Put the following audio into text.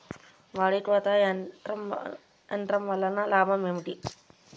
వరి కోత యంత్రం వలన లాభం ఏమిటి?